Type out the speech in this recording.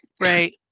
Right